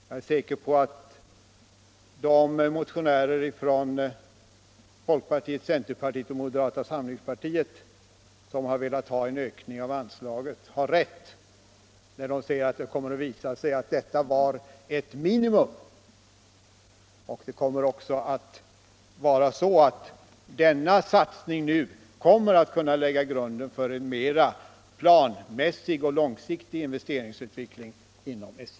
Jag är säker på att de motionärer från folkpartiet, centerpartiet och moderata samlingspartiet som har velat ha en ökning av anslaget har rätt, när de säger att det kommer att visa sig att detta var ett minimum. Denna satsning nu skulle kunna lägga grunden för en mer planmässig och långsiktig investeringsutveckling inom SJ.